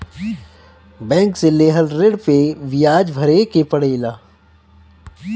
bank से लेहल ऋण पे बियाज भरे के पड़ेला